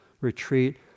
retreat